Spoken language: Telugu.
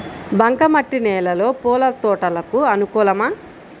బంక మట్టి నేలలో పూల తోటలకు అనుకూలమా?